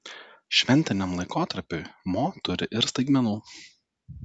šventiniam laikotarpiui mo turi ir staigmenų